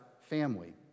family